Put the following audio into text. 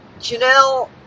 Janelle